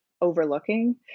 overlooking